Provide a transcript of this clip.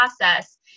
process